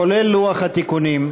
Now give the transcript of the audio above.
כולל לוח התיקונים,